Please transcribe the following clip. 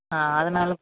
ஆ அதனால இப்போ